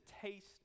taste